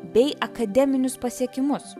bei akademinius pasiekimus